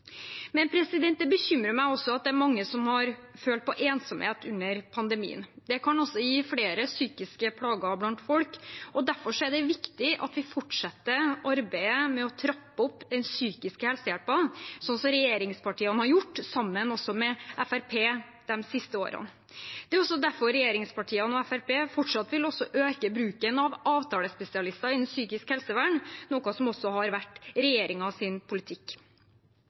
Men det bekymrer meg at det er mange som har følt på ensomhet under pandemien. Det kan også gi flere psykiske plager blant folk, og derfor er det viktig at vi fortsetter arbeidet med å trappe opp psykisk helse-hjelpen, slik regjeringspartiene har gjort – også sammen med Fremskrittspartiet – de siste årene. Det er også derfor regjeringspartiene og Fremskrittspartiet fortsatt vil øke bruken av avtalespesialister innen psykisk helsevern, noe som også har vært regjeringens politikk.